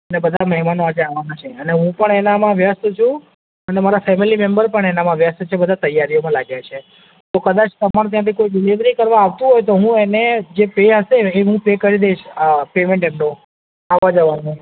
અને બધાં મહેમાનો આજે આવવાનાં છે અને હું પણ એનામાં વ્યસ્ત છું અને મારાં ફેમિલી મેમ્બર પણ એનામાં વ્યસ્ત છે બધા તૈયારીઓમાં લાગ્યા છે તો કદાચ તમારા ત્યાંથી કોઈ ડિલીવરી કરવા આવતું હોય તો હું એને જે પે હશે એ હું પે કરી દઇશ પેમૅન્ટ એમનું આવવા જવાનું